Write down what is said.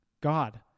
God